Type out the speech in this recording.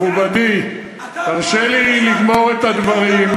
יתרה מכך, מכובדי, תרשה לי לגמור את הדברים,